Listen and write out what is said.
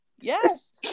yes